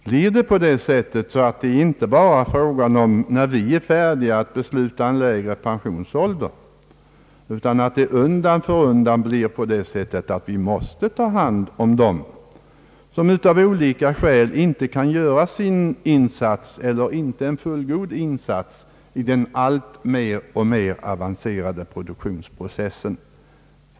Blir det så som jag har skisserat, så är det ju inte fråga om när vi skall bli färdiga att besluta om en lägre pensionsålder, utan i stället kommer vi i den situationen, att vi måste ta hand om dem som av olika skäl inte kan göra en fullgod insats i den alltmer avancerade produktionsprocessen.